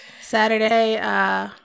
Saturday